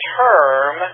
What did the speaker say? term